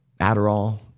Adderall